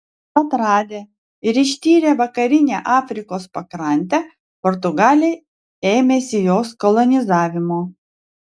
atradę ir ištyrę vakarinę afrikos pakrantę portugalai ėmėsi jos kolonizavimo